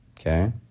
Okay